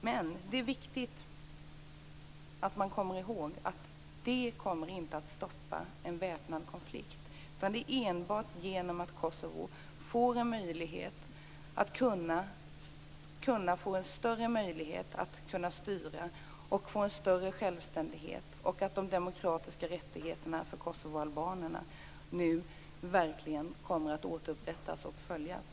Men det är viktigt att komma ihåg att detta inte kommer att stoppa en väpnad konflikt. Det kan enbart ske genom att Kosovo får större möjlighet till självständighet och demokratiska rättigheter för kosovoalbaner återupprättas och följs.